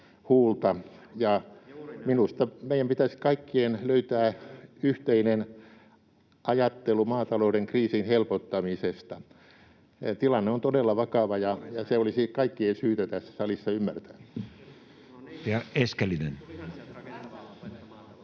minusta meidän kaikkien pitäisi löytää yhteinen ajattelu maatalouden kriisin helpottamisesta. Tilanne on todella vakava, [Timo Heinonen: Juuri näin!] ja se olisi kaikkien syytä tässä salissa ymmärtää.